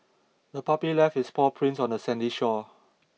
the puppy left its paw prints on the sandy shore